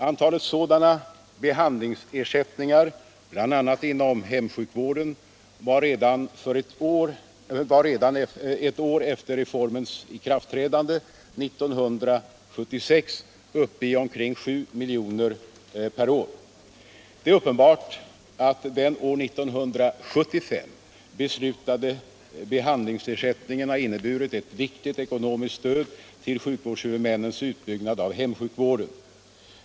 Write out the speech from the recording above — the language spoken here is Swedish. Antalet sådana behandlingsersättningar, bl.a. inom hemsjukvården, var redan ett år efter reformens ikraftträdande 1976 uppe i omkring 7 miljoner per år. Det är uppenbart att den år 1975 beslutade behandlingsersättningen har inneburit ett viktigt ekonomiskt stöd till sjukvårdshuvudmännens utbyggnad av hemsjukvården.